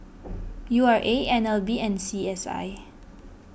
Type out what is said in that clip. U R A N L B and C S I